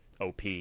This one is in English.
OP